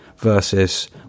versus